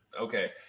Okay